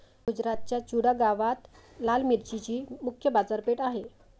गुजरातच्या चुडा गावात लाल मिरचीची मुख्य बाजारपेठ आहे